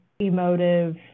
emotive